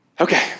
Okay